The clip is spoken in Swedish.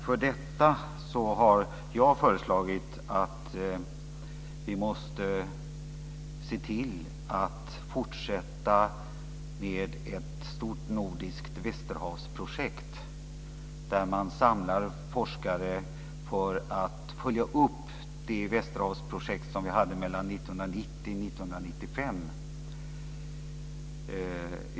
För detta har jag föreslagit att vi måste se till att fortsätta med ett stort nordiskt västerhavsprojekt där man samlar forskare för att följa upp det västerhavsprojekt som vi hade mellan 1990 och 1995.